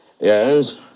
Yes